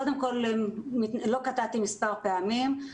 קודם כל לא קטעתי מספר פעמים,